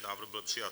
Návrh byl přijat.